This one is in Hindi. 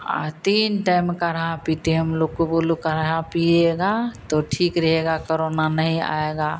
अह तीन टइम काढ़ा पीते हम लोग को बोलो काढ़ा पिएगा तो ठीक रहेगा करोना नहीं आएगा